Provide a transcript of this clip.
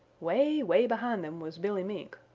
way, way behind them was billy mink,